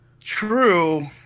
true